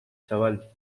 chaval